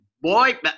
boy